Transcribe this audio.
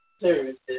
services